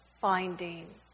finding